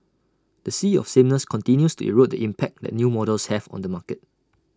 the sea of sameness continues to erode the impact that new models have on the market